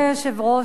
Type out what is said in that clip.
אדוני היושב-ראש,